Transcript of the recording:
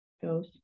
goes